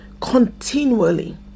continually